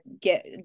get